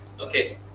Okay